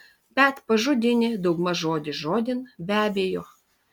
bet pažodinį daugmaž žodis žodin be abejo